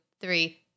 three